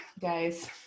guys